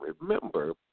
remember